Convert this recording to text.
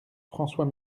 françois